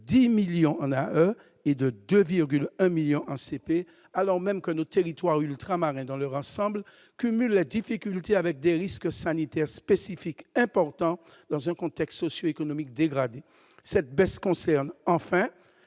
10 millions et de 2,1 millions en CP, alors même que nos territoires ultramarins dans le rassemble la difficulté avec des risques sanitaires spécifiques importants dans un contexte socio-économique dégradé, cette baisse concerne enfin